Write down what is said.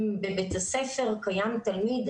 אם בבית הספר קיים תלמיד,